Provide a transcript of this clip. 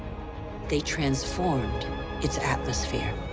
they transformed its atmosphere.